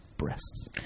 Breasts